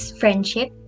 friendship